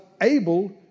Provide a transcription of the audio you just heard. able